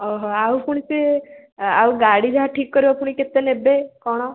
ଓହୋ ଆଉ ପୁଣି ସେ ଆଉ ଗାଡ଼ି ଯାହା ଠିକ୍ କରିବ ପୁଣି କେତେ ନେବେ କ'ଣ